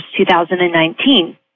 2019